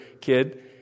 kid